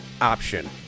option